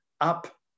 up